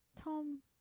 Tom